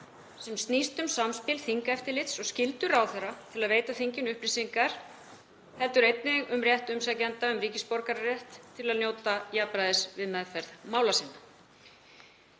sem snýst um samspil þingeftirlits og skyldu ráðherra til að veita þinginu upplýsingar og einnig um rétt umsækjenda um ríkisborgararétt til að njóta jafnræðis við meðferð mála sinna.